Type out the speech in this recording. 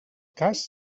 cas